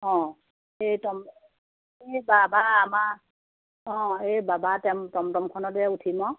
অঁ এই টম এই বাবা আমাৰ অঁ এই বাবা টমটমখনতে উঠিম আউ